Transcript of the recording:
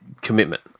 commitment